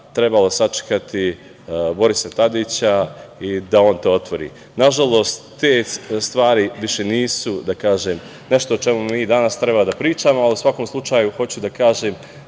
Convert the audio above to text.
trebalo sačekati Borisa Tadića da on to otvori. Nažalost, te stvari više nisu nešto o čemu mi danas treba da pričamo, ali u svakom slučaju hoću da kažem